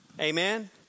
Amen